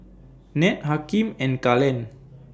Ned Hakeem and Kalen